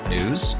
News